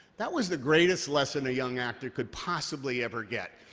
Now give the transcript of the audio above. that was the greatest lesson a young actor could possibly ever get.